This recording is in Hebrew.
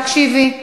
תקשיבי.